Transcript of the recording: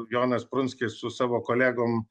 jonas prunskis su savo kolegom